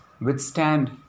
withstand